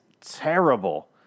terrible